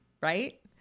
right